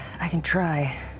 i can try.